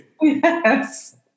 Yes